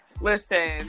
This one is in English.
Listen